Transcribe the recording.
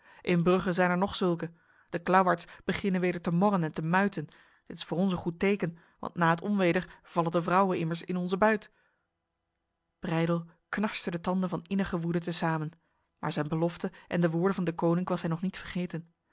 in brugge zijn er nog zulke de klauwaards beginnen weder te morren en te muiten dit is voor ons een goed teken want na het onweder vallen de vrouwen immers in onze buit breydel knarste de tanden van innige woede te samen maar zijn belofte en de woorden van deconinck was hij nog niet vergeten